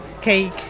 cake